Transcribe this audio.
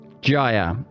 Jaya